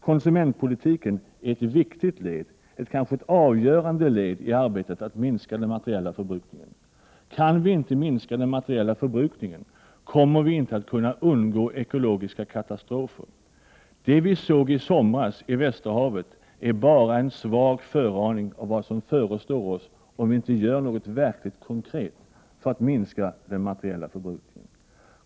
Konsumentpolitiken är ett viktigt led — ett kanske avgörande led i arbetet att minska den materiella förbrukningen. Kan vi inte minska den materiella förbrukningen kommer vi inte att kunna undgå ekologiska katastrofer. Det vi såg i somras i Västerhavet är bara en svag föraning av vad som förestår oss om vi inte gör något verkligt konkret för att minska den materiella förbrukningen.